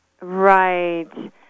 Right